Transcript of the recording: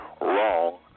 wrong